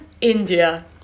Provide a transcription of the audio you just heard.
india